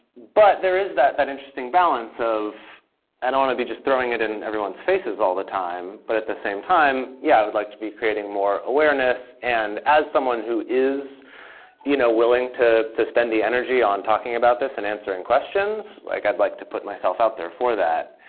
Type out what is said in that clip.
but there is that that interesting balance of and i don't want to be just throwing it in everyone's faces all the time. but at the same time, yeah, i would like to be creating more awareness. and as someone who is you know willing to to spend the energy on talking about this and answering questions, like i'd like to put myself out there for that.